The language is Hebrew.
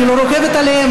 אני לא רוכבת עליהם,